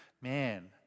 man